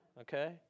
Okay